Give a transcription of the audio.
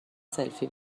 سلفی